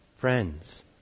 friends